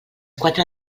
quatre